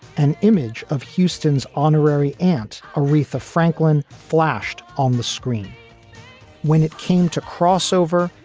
an image of houston's honorary aunt, aretha franklin, flashed on the screen when it came to crossover.